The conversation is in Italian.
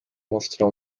mostra